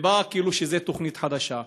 ובאה כאילו שזו תוכנית חדשה.